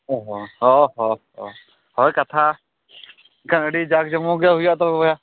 ᱚᱼᱦᱚᱼᱦᱚ ᱦᱚᱭ ᱠᱟᱛᱷᱟ ᱮᱱᱠᱷᱟᱱ ᱟᱹᱰᱤ ᱡᱟᱠᱼᱡᱚᱢᱚᱠᱜᱮ ᱦᱩᱭᱩᱜᱼᱟ ᱛᱚᱵᱮ